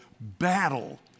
battle